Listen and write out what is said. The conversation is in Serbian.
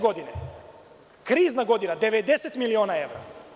Godine 2009, krizna godina, 90 miliona evra.